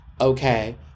okay